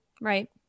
right